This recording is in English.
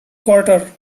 quarter